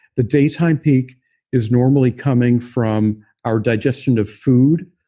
the daytime peak is normally coming from our digestion of food.